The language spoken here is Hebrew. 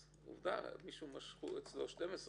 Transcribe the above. עובדה, מישהו משכו אצלו במשך 12 שנים.